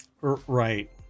Right